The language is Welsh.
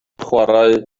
chwarae